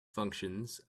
functions